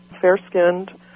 fair-skinned